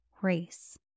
grace